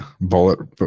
Bullet